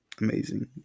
amazing